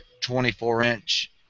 24-inch